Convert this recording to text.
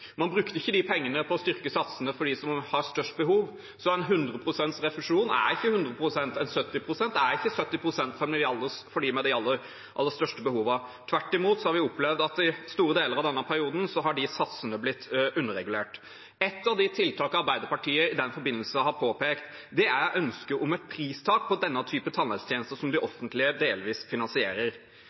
Man brukte ikke de pengene på å styrke satsene for dem som har størst behov, så 100 pst. refusjon er ikke 100 pst. og 70 pst. refusjon er ikke 70 pst. for dem med de aller største behovene. Tvert imot har vi opplevd at i store deler av denne perioden har de satsene blitt underregulert. Et av de tiltakene Arbeiderpartiet i den forbindelse har påpekt, er ønsket om et pristak på denne typen tannhelsetjenester som det offentlige delvis finansierer.